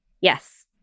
Yes